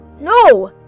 No